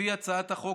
לפי הצעת החוק,